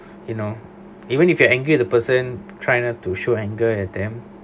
you know even if you're angry with the person try not to show anger at them